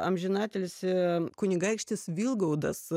amžinatilsį kunigaikštis vilgaudas